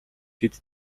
хэд